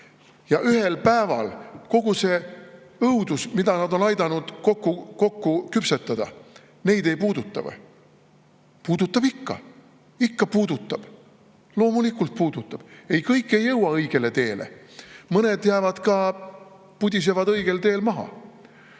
Kas ühel päeval kogu see õudus, mida nad on aidanud kokku küpsetada, neid ei puuduta või? Puudutab ikka! Ikka puudutab, loomulikult puudutab! Ei, kõik ei jõua õigele teele, mõned jäävad maha, pudisevad õigelt teelt maha.